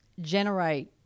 generate